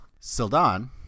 Sildan